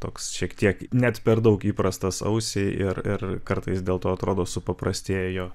toks šiek tiek net per daug įprastas ausiai ir ir kartais dėl to atrodo supaprastėjo